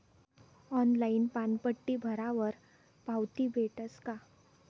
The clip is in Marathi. ऑनलाईन पानपट्टी भरावर पावती भेटस का?